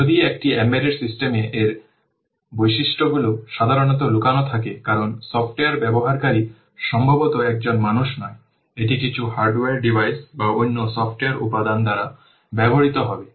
যদি একটি এমবেডেড সিস্টেমে এর বৈশিষ্ট্যগুলি সাধারণত লুকানো থাকে কারণ সফ্টওয়্যার ব্যবহারকারী সম্ভবত একজন মানুষ নয় এটি কিছু হার্ডওয়্যার ডিভাইস বা অন্য সফ্টওয়্যার উপাদান দ্বারা ব্যবহৃত হবে